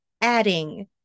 adding